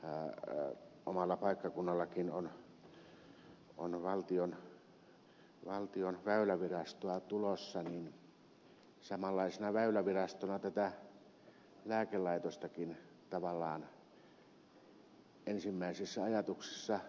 kun omalle paikkakunnallekin on valtion väylävirastoa tulossa niin samanlaisena väylävirastona tätä lääkelaitostakin tavallaan ensimmäisissä ajatuksissa pitää